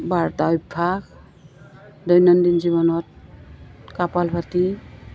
বাৰ্তা অভ্যাস দৈনন্দিন জীৱনত কাপাল ভাটী